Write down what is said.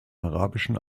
arabischen